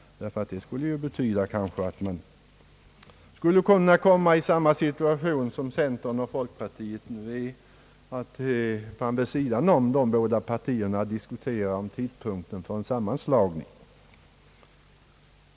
Det skulle nämligen kunna betyda att man hamnade i samma situation som centerpartiet och folkpartiet nu befinner sig i och att vid sidan av dessa båda partier det diskuterades om tidpunkten för en sammanslagning.